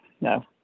no